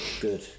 good